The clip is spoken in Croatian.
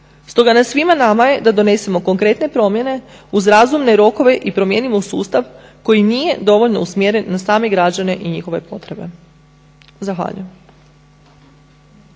Stoga je na svima nama da donesemo konkretne promjene uz razumne rokove i promijenimo sustav koji nije dovoljno usmjeren na same građane i njihove potrebe. Zahvaljujem.